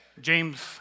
James